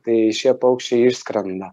tai šie paukščiai išskrenda